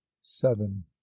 Seven